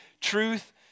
truth